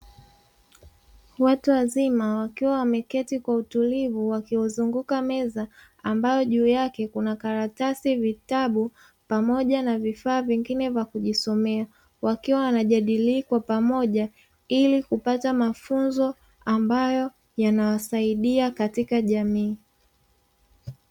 Watu wazima wakiwa wameketi kwa utulivu wakiwazunguka meza ambayo juu yake kuna karatasi vitabu pamoja na vifaa vingine vya kujisomea, wakiwa wanajadili kwa pamoja ili kupata mafunzo ambayo yanawasaidia katika jamii.